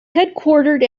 headquartered